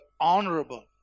honorable